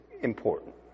important